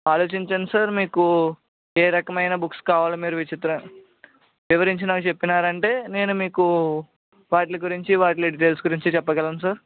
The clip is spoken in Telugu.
ఆలోచించండి సార్ మీకు ఏ రకమైన బుక్స్ కావాలి మీరు విచిత్ర వివరించి నాకు చెప్పారంటే నేను మీకు వాటి గురించి వాటి డీటెయిల్స్ గురించి చెప్పగలను సార్